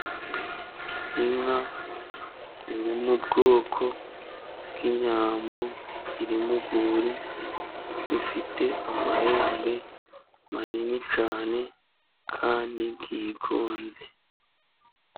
Inka iri mu bwoko bw'Inyambo, iri mu rwuri ifite amahembe manini cyane kandi yigonze.